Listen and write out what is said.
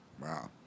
Wow